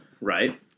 right